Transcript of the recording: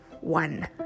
one